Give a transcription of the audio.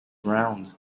round